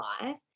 life